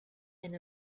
and